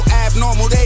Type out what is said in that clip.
abnormal